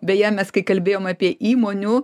beje mes kai kalbėjom apie įmonių